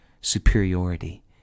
superiority